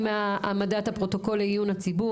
אם העמדת הפרוטוקול לעיון הציבור,